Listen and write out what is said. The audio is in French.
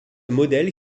modèle